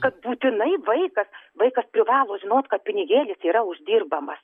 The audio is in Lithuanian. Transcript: kad būtinai vaikas vaikas privalo žinot kad pinigėlis yra uždirbamas